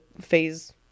phase